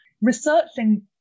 researching